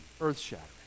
earth-shattering